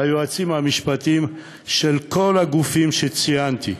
ליועצים המשפטיים של כל הגופים שציינתי.